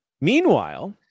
Meanwhile